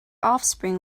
offspring